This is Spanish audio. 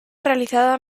realizada